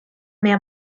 mia